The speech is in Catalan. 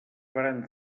varen